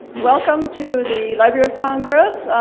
welcome to the library of congress.